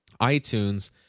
iTunes